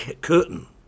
curtain